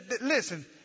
listen